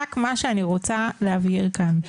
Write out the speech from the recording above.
רק מה שאני רוצה להבהיר כאן,